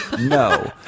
No